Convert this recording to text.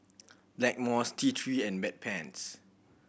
Blackmores T Three and Bedpans